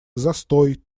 застой